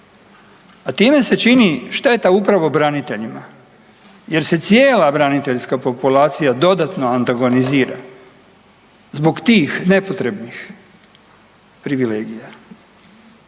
a time se čini šteta upravo braniteljima jer se cijela braniteljska populacija dodatno antagonizira zbog tih nepotrebnih privilegija.